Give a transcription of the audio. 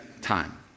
time